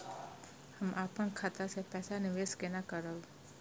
हम अपन खाता से पैसा निवेश केना करब?